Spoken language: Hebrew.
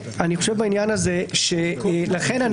לכן,